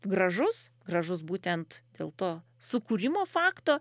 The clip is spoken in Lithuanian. gražus gražus būtent dėl to sukūrimo fakto